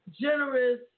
Generous